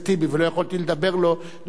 ולא יכולתי לתת לו.